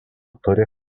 turi